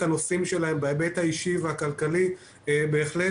הנושאים שלהם בהיבט האישי והכלכלי בהחלט,